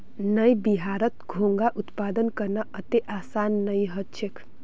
नइ बिहारत घोंघा उत्पादन करना अत्ते आसान नइ ह छेक